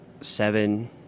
seven